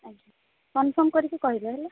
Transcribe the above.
ଆଜ୍ଞା କନ୍ଫର୍ମ୍ କରିକି କହିବେ ହେଲା